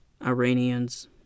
...Iranians